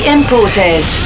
Imported